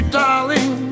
darling